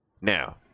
Now